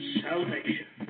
salvation